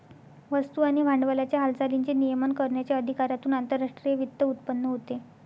वस्तू आणि भांडवलाच्या हालचालींचे नियमन करण्याच्या अधिकारातून आंतरराष्ट्रीय वित्त उत्पन्न होते